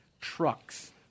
trucks